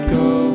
go